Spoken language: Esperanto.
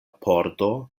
pordo